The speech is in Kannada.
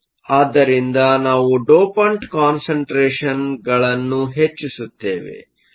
ಆದ್ದರಿಂದ ನಾವು ಡೋಪಂಟ್ಗಳ ಕಾನ್ಸಂಟ್ರೇಷನ್Dopant concentration ಹೆಚ್ಚಿಸುತ್ತೇವೆ